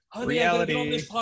Reality